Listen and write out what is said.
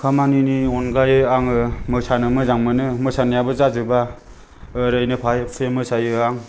खामानिनि अनगायै आङो मोसानो मोजां मोनो मोसानायाबो जाजोबा ओरैनो फाहे फुहे मोसायो आं